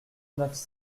neuf